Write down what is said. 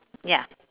ya